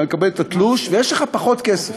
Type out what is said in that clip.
אתה מקבל את התלוש ויש לך פחות כסף.